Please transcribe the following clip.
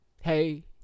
Hey